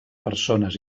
persones